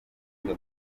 muri